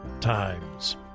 times